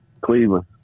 Cleveland